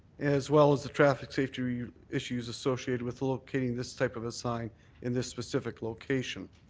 as well as the traffic safety issues associated with locating this type of a sign in this specific location.